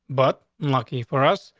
but lucky for us,